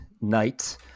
night